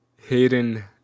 Hayden